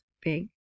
big